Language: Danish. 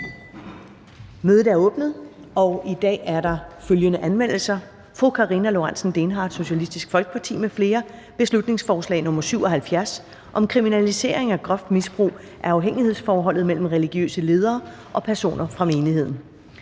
Mødet er åbnet. I dag er der følgende anmeldelser: Karina Lorentzen Dehnhardt (SF) m.fl.: Beslutningsforslag nr. B 77 (Forslag til folketingsbeslutning om kriminalisering af groft misbrug af afhængighedsforholdet mellem religiøse ledere og personer fra menigheden).